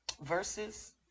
verses